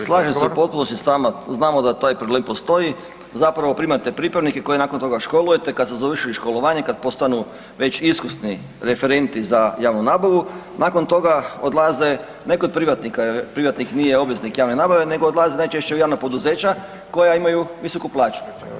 Slažem se u potpunosti s vama, znamo da taj problem postoji, zapravo primate pripravnike koje nakon toga školujete, kad su završili školovanje, kad postanu već iskusni referenti za javnu nabavu, nakon toga odlaze ne kod privatnika, privatnike nije obveznik javne nabave nego odlaze najčešće i javna poduzeća koja imaju visoku plaću.